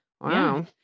wow